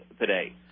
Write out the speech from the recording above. today